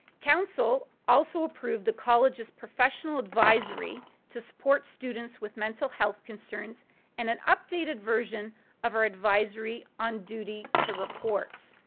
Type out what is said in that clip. council also approved the college's professional advisory to support students with mental health concerns and an updated version of our advisory on duty to report.